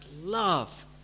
love